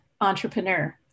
entrepreneur